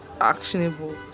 actionable